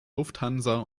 lufthansa